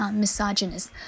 misogynist